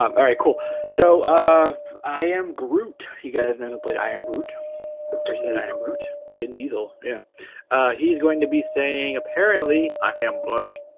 um right cool so ah i am groot you guys know who played i am groot ah person i am root, vin diesel yeah he's going, to be saying apparently i am blood